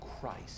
Christ